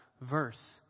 verse